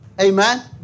Amen